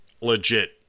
legit